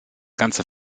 ganze